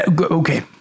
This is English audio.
Okay